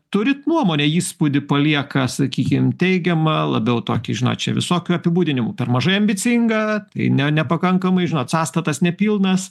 turit nuomonę įspūdį palieka sakykim teigiamą labiau tokį žinot čia visokių apibūdinimų per mažai ambicinga tai ne nepakankamai žinot sąstatas nepilnas